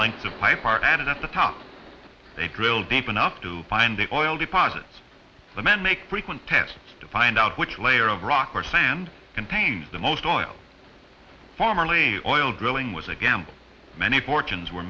length of pipe are added at the top they drill deep enough to find the oil deposits the men make frequent tests to find out which layer of rock or sand contains the most oil formerly oil drilling was a gamble many fortunes were